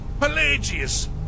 Pelagius